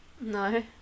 No